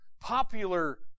Popular